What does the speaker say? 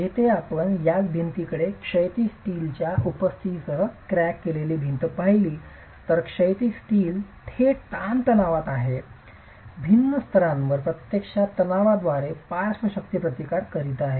जेथे आपण त्याच भिंतीकडे क्षैतिज स्टीलच्या उपस्थितीसह क्रॅक केलेली भिंत पाहिली तर क्षैतिज स्टील थेट ताणतणावात आहे भिन्न थरांवर प्रत्यक्षात तणावाद्वारे पार्श्व शक्तीचा प्रतिकार करीत आहे